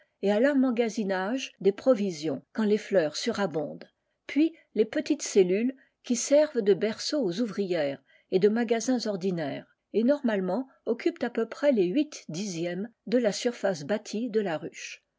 et à l'emmagasinage des provisions quand les fleurs surabondent puis les petites cellules qui servent de berceau aux ouvrières et de magasins ordinaires et normalement occupent à peu près les huit dixièmes de la surface bâtie de la ruche